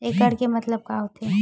एकड़ के मतलब का होथे?